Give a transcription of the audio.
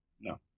No